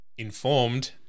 Informed